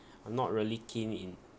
I'm not really keen in